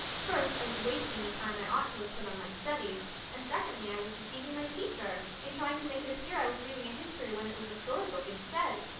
first, i was wasting the time i ought to have put on my studies and secondly, i was deceiving my teacher in trying to make it appear i was reading a history when it was a storybook instead.